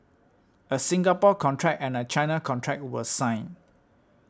a Singapore contract and a China contract were signed